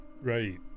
right